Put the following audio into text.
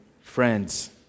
friends